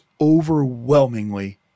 overwhelmingly